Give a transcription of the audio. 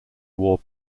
wore